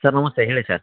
sir ನಮಸ್ತೆ ಹೇಳಿ sir